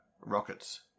rockets